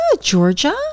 Georgia